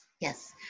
Yes